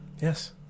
Yes